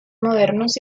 modernos